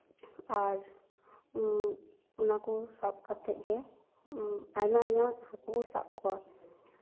ᱟᱨ ᱚᱱᱟᱠᱚ ᱥᱟᱵ ᱠᱟᱛᱮᱫ ᱜᱮ ᱟᱭᱢᱟ ᱟᱭᱢᱟ ᱦᱟᱹᱠᱩ ᱠᱚ ᱥᱟᱵ ᱠᱚᱣᱟ